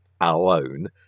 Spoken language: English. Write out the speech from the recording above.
alone